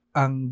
ang